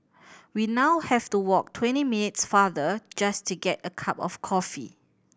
we now have to walk twenty minutes farther just to get a cup of coffee